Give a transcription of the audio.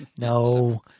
No